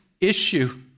issue